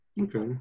Okay